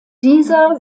dieser